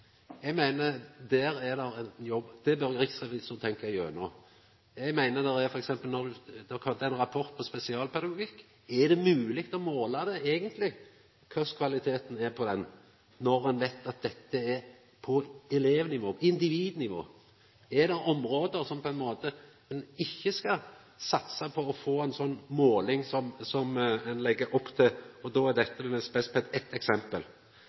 Eg meiner at der er det ein jobb – det bør riksrevisor tenkja gjennom. Når det f.eks. har kome ein rapport om spesialpedagogikk, er det mogleg å måla eigentleg kva kvaliteten er på den, når ein veit at dette er på elevnivå, individnivå? Er det område der ein ikkje skal satsa på å få ei måling, som ein legg opp til? Dette med spes.ped. er eitt eksempel. Eg trur nemleg det